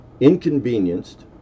inconvenienced